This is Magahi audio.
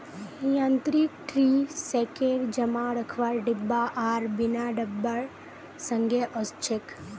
यांत्रिक ट्री शेकर जमा रखवार डिब्बा आर बिना डिब्बार संगे ओसछेक